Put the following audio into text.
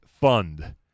Fund